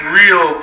real